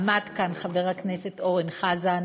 עמד כאן חבר הכנסת אורן חזן,